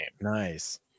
Nice